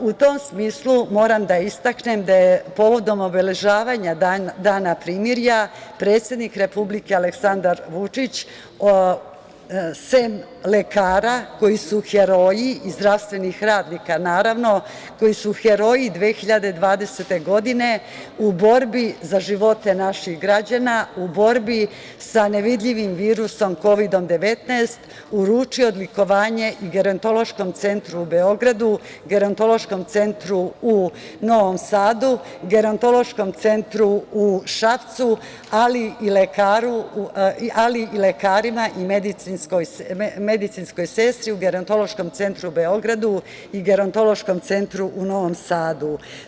U tom smislu moram da istaknem da je povodom obeležavanja Dana primirja predsednik Republike Aleksandar Vučić, sem lekara koji su heroji i zdravstvenih radnika naravno, koji su heroji 2020. godine u borbi za živote naših građana, u borbi sa nevidljivim virusom Kovidom 19, uručio odlikovanje Gerontološkom centru u Beogradu, Gerontološkom centru u Novom Sadu, Gerontološkom centru u Šapcu, ali i lekarima i medicinskoj sestri u Gerontološkom centru u Beogradu i Gerontološkom centru u Novom Sadu.